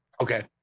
Okay